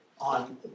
on